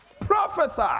Prophesy